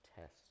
test